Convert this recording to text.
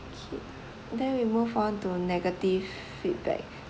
K then we move on to negative feedback